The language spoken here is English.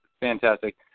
Fantastic